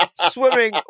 swimming